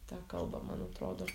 tą kalbą man atrodo